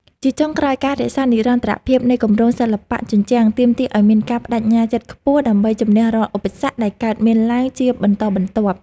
ជាចុងក្រោយ ការរក្សានិរន្តរភាពនៃគម្រោងសិល្បៈជញ្ជាំងទាមទារឱ្យមានការប្ដេជ្ញាចិត្តខ្ពស់ ដើម្បីជម្នះរាល់ឧបសគ្គដែលកើតមានឡើងជាបន្តបន្ទាប់។